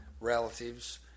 relatives